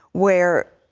where